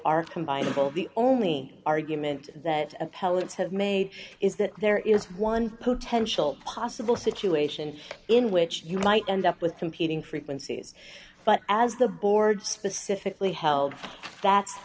are combinable the only argument that appellate have made is that there is one potential possible situation in which you might end up with competing frequencies but as the board specifically held that's